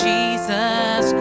Jesus